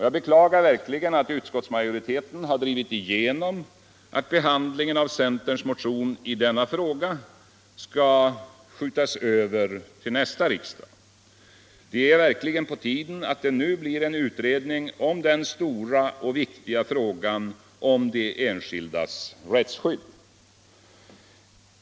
Jag beklagar verkligen att utskottsmajoriteten har drivit igenom att behandlingen av centerns motion i denna fråga skall skjutas över till nästa riksdag. Det är på tiden att det nu blir en utredning om den stora och viktiga frågan om de enskildas rättsskydd.